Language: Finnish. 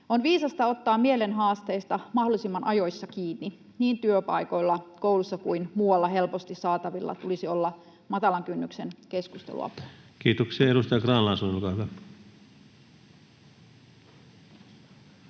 On viisasta ottaa mielen haasteista mahdollisimman ajoissa kiinni. Niin työpaikoilla, koulussa kuin muualla helposti saatavilla tulisi olla matalan kynnyksen keskusteluapua. [Speech 63] Speaker: Ensimmäinen